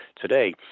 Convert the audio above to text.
today